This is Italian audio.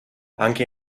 anche